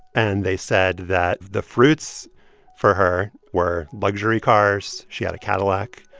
and they said that the fruits for her were luxury cars. she had a cadillac.